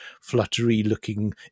fluttery-looking